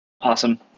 Awesome